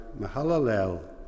Mahalalel